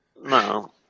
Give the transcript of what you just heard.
No